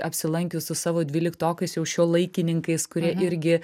apsilankius su savo dvyliktokais jau šiuolaikininkais kurie irgi